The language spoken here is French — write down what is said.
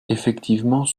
effectivement